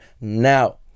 now